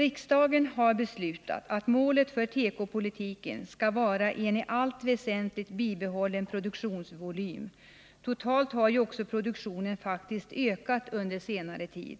Riksdagen har beslutat att målet för tekopolitiken skall vara en i allt väsentligt bibehållen produktionsvolym. Totalt har ju också produktionen faktiskt ökat under senare tid.